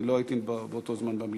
לא הייתי באותו הזמן במליאה.